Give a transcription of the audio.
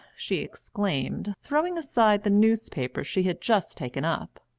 she exclaimed, throwing aside the newspaper she had just taken up,